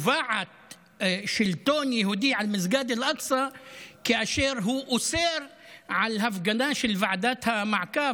שתובעת שלטון יהודי על מסגד אל-אקצא כאשר הוא אוסר הפגנה של ועדת המעקב,